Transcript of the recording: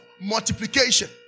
multiplication